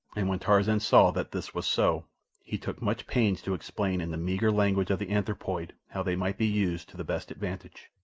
and when tarzan saw that this was so he took much pains to explain in the meagre language of the anthropoid how they might be used to the best advantage.